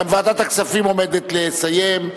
גם ועדת הכספים עומדת לסיים,